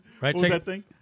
Right